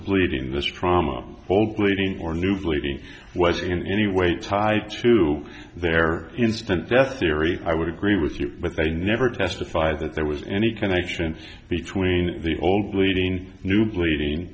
bleeding this from cold bleeding or new bleeding was in any way tied to their instant death theory i would agree with you but they never testified that there was any connection between the old bleeding new bleeding